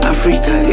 Africa